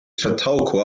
chautauqua